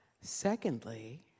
Secondly